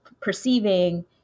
perceiving